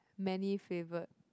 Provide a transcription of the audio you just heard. many flavored